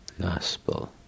Gospel